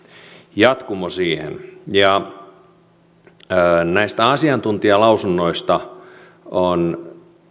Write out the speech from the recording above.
jatkumo siihen näistä asiantuntijalausunnoista on